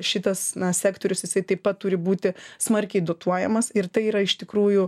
šitas sektorius jisai taip pat turi būti smarkiai dotuojamas ir tai yra iš tikrųjų